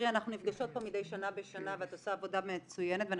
אנחנו נפגשות פה מדיי שנה בשנה ואת עושה עבודה מצוינת ואני